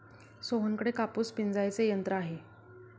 सोहनकडे कापूस पिंजायचे यंत्र आहे